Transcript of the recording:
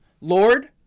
Lord